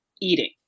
eating